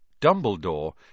Dumbledore